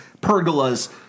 pergolas